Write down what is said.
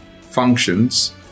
functions